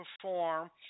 perform